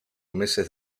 meses